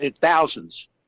thousands